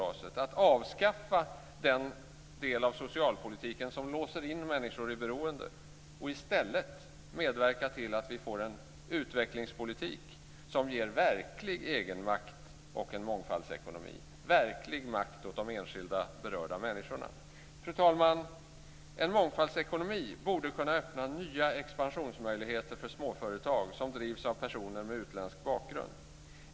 Kan hon tänka sig att avskaffa den del av socialpolitiken som låser in människor i beroende och i stället medverka till att vi får en utvecklingspolitik som ger verklig egenmakt och en mångfaldsekonomi, verklig makt åt de enskilda berörda människorna. Fru talman! En mångfaldsekonomi borde kunna öppna nya expansionsmöjligheter för småföretag som drivs av personer med utländsk bakgrund.